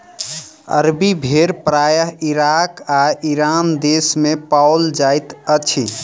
अरबी भेड़ प्रायः इराक आ ईरान देस मे पाओल जाइत अछि